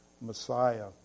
Messiah